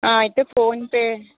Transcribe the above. అయితే ఫోన్పే